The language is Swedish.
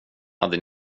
hade